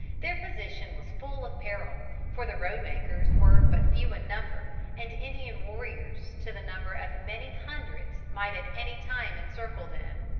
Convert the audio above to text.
their position was full of peril, for the road-makers were but few in number, and indian warriors to the number of many hundreds might at any time encircle them.